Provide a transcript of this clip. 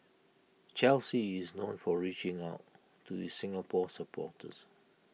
Chelsea is known for reaching out to its Singapore supporters